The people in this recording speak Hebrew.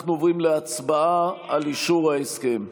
אנחנו עוברים להצבעה על אישור ההסכם.